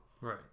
Right